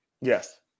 Yes